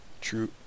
True